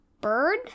bird